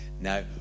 Now